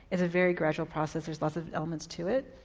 it's a very gradual process with lots of elements to it,